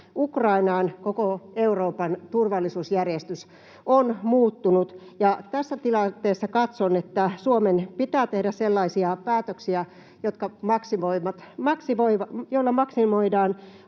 Ukrainaan koko Euroopan turvallisuusjärjestys on muuttunut, ja tässä tilanteessa katson, että Suomen pitää tehdä sellaisia päätöksiä, joilla maksimoidaan